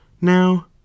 now